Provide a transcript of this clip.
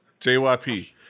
JYP